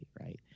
Right